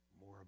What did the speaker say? more